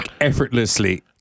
effortlessly